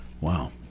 Wow